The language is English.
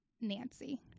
Nancy